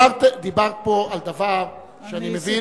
דיברת פה על דבר שאני מבין,